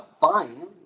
fine